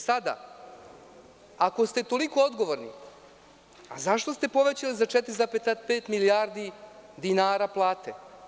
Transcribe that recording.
Sada, ako ste toliko odgovorni, a zašto ste povećali za 4,5 milijardi dinara plate?